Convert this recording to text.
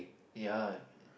ya